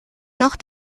noch